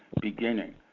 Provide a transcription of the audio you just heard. beginning